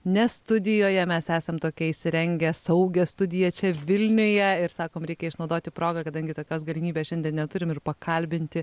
ne studijoje mes esam tokią įsirengę saugią studiją čia vilniuje ir sakom reikia išnaudoti progą kadangi tokios galimybės šiandien neturim ir pakalbinti